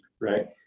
right